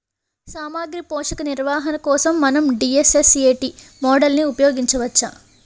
సామాగ్రి పోషక నిర్వహణ కోసం మనం డి.ఎస్.ఎస్.ఎ.టీ మోడల్ని ఉపయోగించవచ్చా?